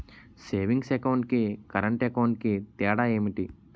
Savings account కి current account కి తేడా ఏమిటి?